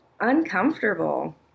uncomfortable